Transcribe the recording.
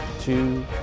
two